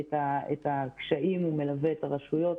את הקשיים והוא מלווה את הרשויות.